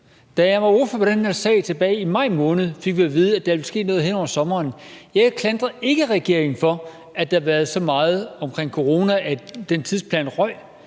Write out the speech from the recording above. Da jeg var ordfører på den her sag tilbage i maj måned, fik vi at vide, at der ville ske noget hen over sommeren. Jeg klandrer ikke regeringen for, at der har været så meget omkring corona, at den tidsplan røg.